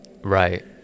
right